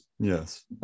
yes